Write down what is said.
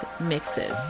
mixes